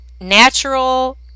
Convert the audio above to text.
natural